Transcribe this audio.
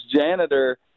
janitor